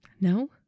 No